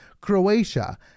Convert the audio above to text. Croatia